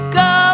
go